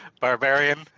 barbarian